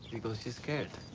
because she's scared.